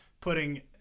putting